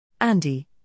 Andy